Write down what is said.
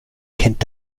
kennt